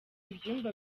ibyumba